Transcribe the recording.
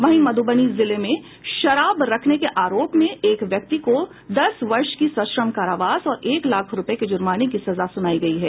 वहीं मधुबनी जिले में शराब रखने के आरोप में एक व्यक्ति को दस वर्ष की सश्रम कारावास और एक लाख रूपये के जुर्माने की सजा सुनायी गयी है